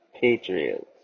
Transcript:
Patriots